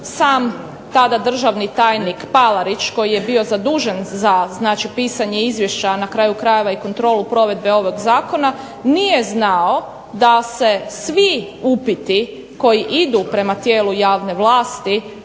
sam tada državni tajnik Palarić koji je bio zadužen za pisanje izvješća na kraju krajeva i kontrolu provedbe ovog zakona, nije znao da se svi upiti koji idu prema tijelu javne vlasti